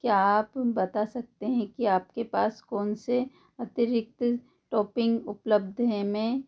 क्या आप बता सकते हैं कि आपके पास कौन से अतिरिक्त टॉपिंग उपलब्ध है मैं